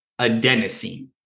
adenosine